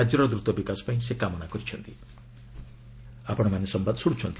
ରାଜ୍ୟର ଦ୍ରତ ବିକାଶ ପାଇଁ ସେ କାମନା କରିଚ୍ଚନ୍ତି